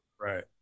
right